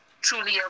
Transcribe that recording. truly